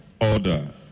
order